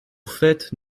faites